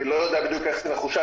אני לא יודע בדיוק איך זה מחושב.